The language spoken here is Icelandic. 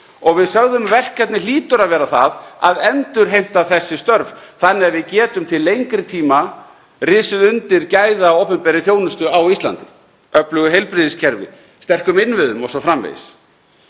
Við sögðum: Verkefnið hlýtur að vera það að endurheimta þessi störf þannig að við getum til lengri tíma risið undir opinberri gæðaþjónustu á Íslandi, öflugu heilbrigðiskerfi, sterkum innviðum o.s.frv.